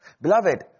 Beloved